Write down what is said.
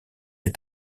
est